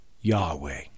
Yahweh